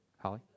Holly